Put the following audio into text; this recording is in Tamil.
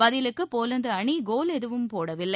பதிலுக்கு போலந்து அணி கோல் எதுவும் போடவில்லை